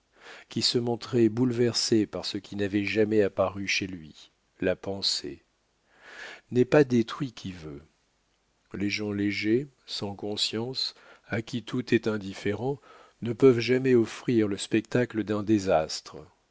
qui se montrait bouleversé par ce qui n'avait jamais apparu chez lui la pensée n'est pas détruit qui veut les gens légers sans conscience à qui tout est indifférent ne peuvent jamais offrir le spectacle d'un désastre